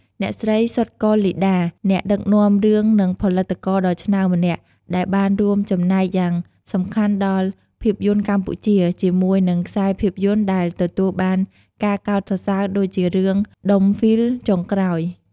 លោកស្រី សុទ្ធ គុលលីកា អ្នកដឹកនាំរឿងនិងផលិតករដ៏ឆ្នើមម្នាក់ ដែលបានរួមចំណែកយ៉ាងសំខាន់ដល់ភាពយន្តកម្ពុជា ជាមួយនឹងខ្សែភាពយន្តដែលទទួលបានការកោតសរសើរដូចជារឿង "ដុំហ្វីលចុងក្រោយ"។